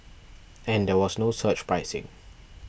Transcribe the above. and there was no surge pricing